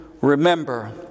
remember